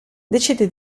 decide